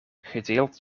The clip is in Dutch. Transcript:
gedeeld